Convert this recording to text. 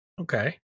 okay